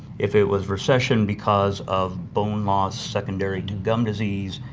if it was recession because of bone loss secondary to gum disease,